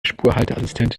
spurhalteassistent